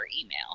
email